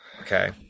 Okay